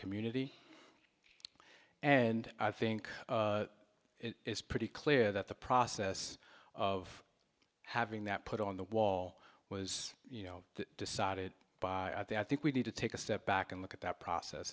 community and i think it's pretty clear that the process of having that put on the wall was you know decided i think we need to take a step back and look at that process